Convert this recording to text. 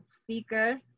speaker